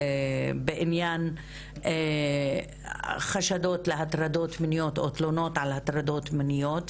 בעניין חשדות להטרדות מיניות או תלונות על הטרדות מיניות.